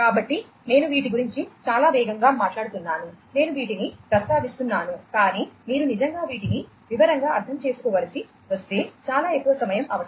కాబట్టి నేను వీటి గురించి చాలా వేగంగా మాట్లాడుతున్నాను నేను వీటిని ప్రస్తావిస్తున్నాను కానీ మీరు నిజంగా వీటిని వివరంగా అర్థం చేసుకోవలసి వస్తే చాలా ఎక్కువ సమయం అవసరం